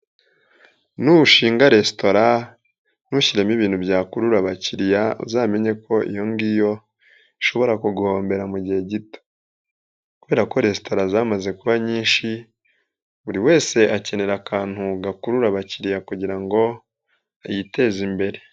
Nushinga resitora ntushyiremo ibintu byakurura abakiriya uzamenye ko iyo ngiyo ishobora kuguhombera mu gihe gito kubera ko resitora zamaze kuba nyinshi buri wese akenera akantu gakurura abakiriya kugira ngo yiteze imbere.